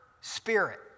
spirit